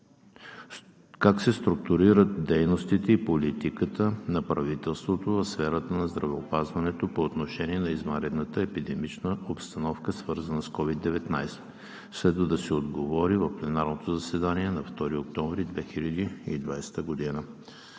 как се структурират дейностите и политиката на правителството в сферата на здравеопазването по отношение на извънредната епидемична обстановка, свързана с COVID-19? Следва да се отговори в парламентарното заседание на 2 октомври 2020 г.